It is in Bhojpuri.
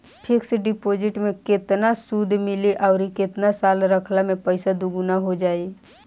फिक्स डिपॉज़िट मे केतना सूद मिली आउर केतना साल रखला मे पैसा दोगुना हो जायी?